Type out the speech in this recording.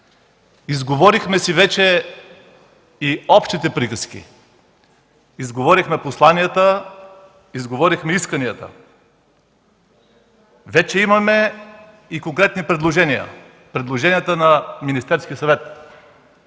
Изговорихме си вече и общите приказки, изговорихме посланията, изговорихме исканията. Вече имаме и конкретни предложения – предложенията на Министерския съвет,